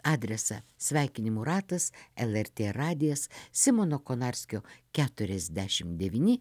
adresą sveikinimų ratas lrt radijas simono konarskio keturiasdešim devyni